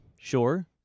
sure